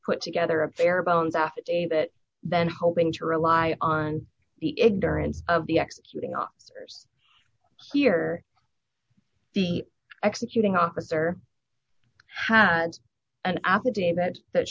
put together a barebones affidavit then hoping to rely on the ignorance of the executing officers here the executing officer had an